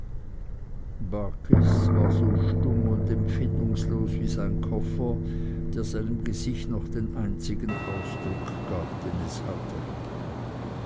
barkis war so stumm und empfindungslos wie sein koffer der seinem gesicht noch den einzigen ausdruck gab den es hatte